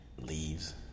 leaves